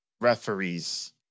referees